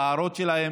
להערות שלהם.